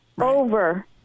over